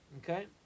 okay